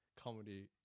comedy